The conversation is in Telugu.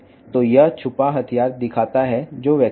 కాబట్టి ఇది వ్యక్తి వద్ద ఉన్న దాచిన ఆయుధాన్ని చూపిస్తుంది